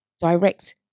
direct